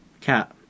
Cat